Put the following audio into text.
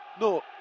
No